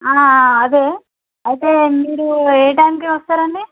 అదే అయితే మీరు ఏ టైమ్కి వస్తారండి